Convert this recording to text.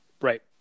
Right